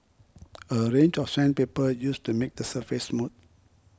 a range of sandpaper used to make the surface smooth